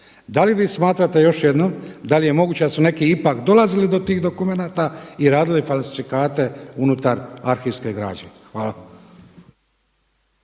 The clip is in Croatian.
Da li vi smatrate još jednom da li je moguće da su neki ipak dolazili do tih dokumenata i radili falsifikate unutar arhivske građe? Hvala.